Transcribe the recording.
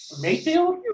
Mayfield